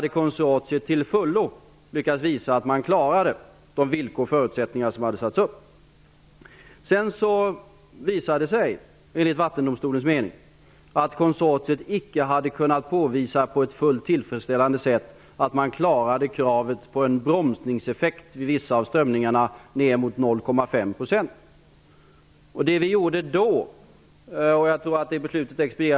Enligt Vattendomstolen visade det sig sedan att konsortiet icke hade kunnat påvisa på ett fullt tillfredsställande sätt att man klarade att uppfylla kravet på en bromsningseffekt på ner mot 0,5 % vid vissa av strömningarna.